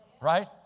right